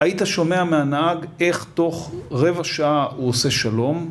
היית שומע מהנהג איך תוך רבע שעה הוא עושה שלום?